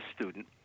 student